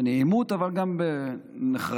בנעימות אבל גם בנחרצות.